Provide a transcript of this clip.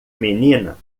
menina